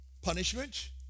punishment